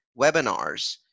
webinars